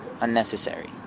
unnecessary